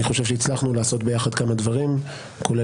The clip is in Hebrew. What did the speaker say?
אני חושב שהצלחנו לעשות ביחד כמה דברים כולל